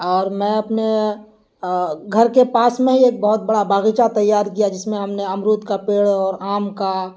اور میں اپنے گھر کے پاس میں ہی ایک بہت بڑا باغیچہ تیار کیا جس میں ہم نے امرود کا پیڑ اور آم کا